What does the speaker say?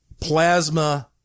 plasma